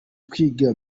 kwiga